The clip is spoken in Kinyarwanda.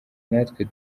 natwe